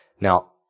Now